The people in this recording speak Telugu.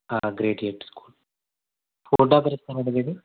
గ్రేడియంట్ స్కూల్ ఫోన్ నంబర్ ఇస్తారాండి మీరు